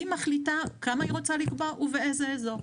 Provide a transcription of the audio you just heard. היא מחליטה כמה היא רוצה לקבוע ובאיזה אזור.